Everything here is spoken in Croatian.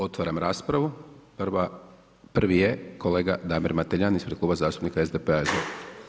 Otvaram raspravu, prvi je kolega Damir Mateljan ispred Kluba zastupnika SDP-a, izvolite.